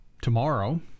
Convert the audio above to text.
tomorrow